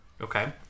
Okay